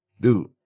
Dude